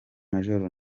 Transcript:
major